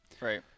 Right